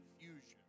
confusion